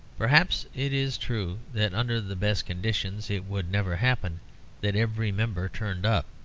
perhaps it is true that under the best conditions it would never happen that every member turned up.